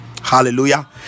hallelujah